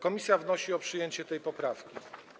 Komisja wnosi o przyjęcie tej poprawki.